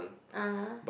(uh huh)